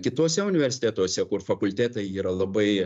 kituose universitetuose kur fakultetai yra labai